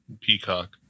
Peacock